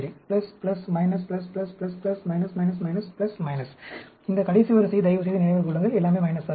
இந்த கடைசி வரிசை தயவுசெய்து நினைவில் கொள்ளுங்கள் எல்லாமே - ஆக இருக்கும்